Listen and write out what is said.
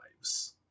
lives